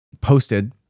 posted